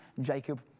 Jacob